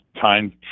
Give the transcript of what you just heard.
time